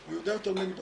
הוא בחר לא לענות.